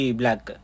black